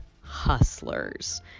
Hustlers